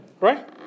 right